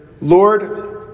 Lord